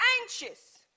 anxious